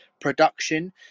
production